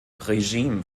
regime